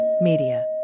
Media